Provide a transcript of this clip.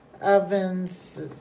ovens